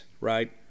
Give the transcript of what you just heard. right